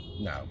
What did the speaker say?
no